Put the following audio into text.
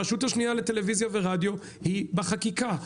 הרשות השנייה לטלוויזיה ורדיו היא בחקיקה.